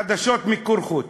חדשות במיקור-חוץ,